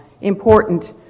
important